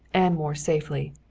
and more safely.